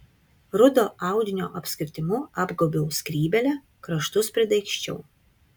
rudo audinio apskritimu apgaubiau skrybėlę kraštus pridaigsčiau